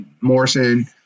Morrison